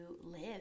live